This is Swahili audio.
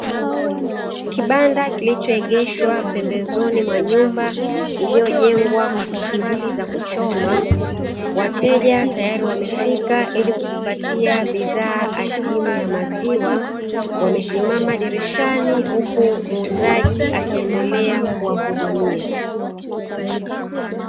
Kibanda kilichoegeshwa pembezoni mwa nyumba, iliyojengwa kwa tofali za kuchoma, wateja tayari wamefika, ili kujipatia bidhaa adimu ya maziwa. Wamesimama dirishani, huku muuzaji akiendelea kuwahudumia.